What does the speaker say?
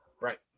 Right